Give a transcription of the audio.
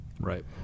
Right